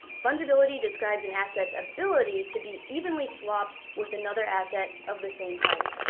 fungibility describes an asset's ability to be evenly swapped with another asset of the same type.